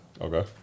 okay